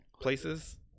places